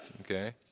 Okay